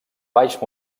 baix